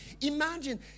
imagine